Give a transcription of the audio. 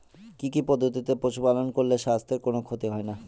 কি কি পদ্ধতিতে পশু পালন করলে স্বাস্থ্যের কোন ক্ষতি হয় না?